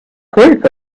group